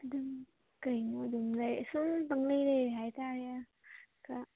ꯑꯗꯨꯝ ꯀꯩꯅꯣ ꯑꯗꯨꯝ ꯂꯩꯔꯦ ꯁꯨꯝ ꯄꯪꯂꯩ ꯂꯩꯔꯦ ꯍꯥꯏꯇꯥꯔꯦ